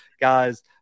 guys